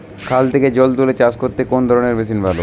খাল থেকে জল তুলে চাষ করতে কোন ধরনের মেশিন ভালো?